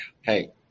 hey